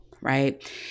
right